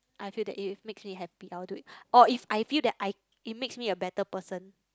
I feel that if it makes me happy I will do it or if I feel that I it makes me a better person